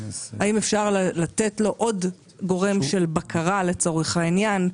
האם אפשר לתת לו עוד גורם של בקרה לצורך העניין?